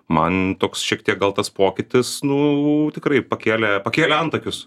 man toks šiek tiek gal tas pokytis nu tikrai pakėlė pakėlė antakius